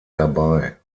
dabei